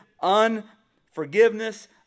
unforgiveness